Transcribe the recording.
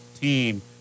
team